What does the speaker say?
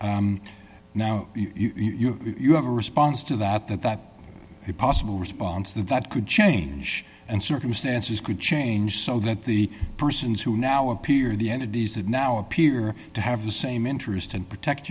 now you have a response to that that that is possible response that that could change and circumstances could change so that the persons who now appear the entities that now appear to have the same interest and protect